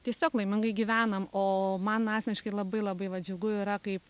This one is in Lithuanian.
tiesiog laimingai gyvenam o man asmeniškai labai labai va džiugu yra kaip